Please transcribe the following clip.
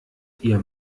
ihr